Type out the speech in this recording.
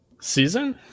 Season